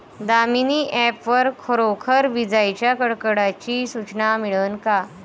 Damini app वर खरोखर विजाइच्या कडकडाटाची सूचना मिळन का?